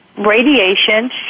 radiation